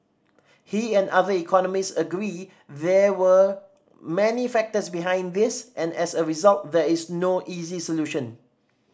he and other economists agree there were many factors behind this and as a result there is no easy solution